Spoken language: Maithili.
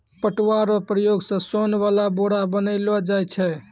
पटुआ रो प्रयोग से सोन वाला बोरा बनैलो जाय छै